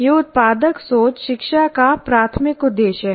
यह उत्पादक सोच शिक्षा का प्राथमिक उद्देश्य है